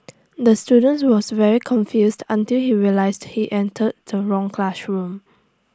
the student was very confused until he realised he entered the wrong classroom